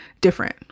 different